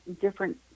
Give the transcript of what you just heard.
different